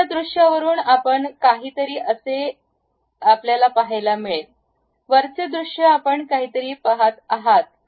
खालच्या दृश्यावरून आपण काहीतरी असे पहायला मिळते वरचे दृश्य आपण काहीतरी पहात आहात